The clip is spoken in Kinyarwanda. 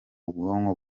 ubwonko